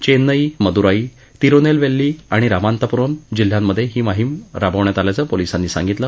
चेन्नई मदुरई तिरुनेलवेल्ली आणि रामानंतपुरम् जिल्ह्यांमधे ही मोहीम राबवण्यात आल्याचं पोलीसांनी सांगितलं